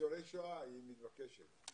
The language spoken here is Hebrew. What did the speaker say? לניצולי שואה היא מתבקשת.